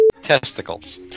Testicles